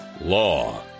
law